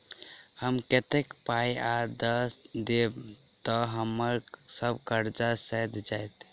हम कतेक पाई आ दऽ देब तऽ हम्मर सब कर्जा सैध जाइत?